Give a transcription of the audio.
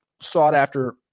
sought-after